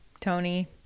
tony